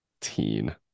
teen